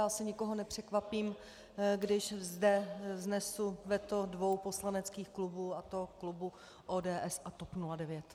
Asi nikoho nepřekvapím, když zde vznesu veto dvou poslaneckých klubů, a to klubu ODS a TOP 09.